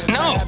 no